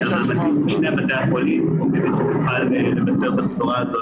המאמצים מול שני בתי החולים כך שנוכל לבשר את הבשורה הזאת